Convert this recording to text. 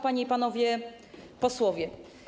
Panie i Panowie Posłowie!